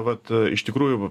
vat iš tikrųjų